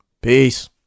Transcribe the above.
Peace